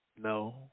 no